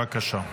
בבקשה,